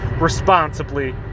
responsibly